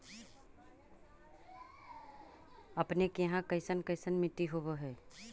अपने के यहाँ कैसन कैसन मिट्टी होब है?